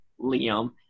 liam